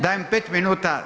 Dajem 5 minuta.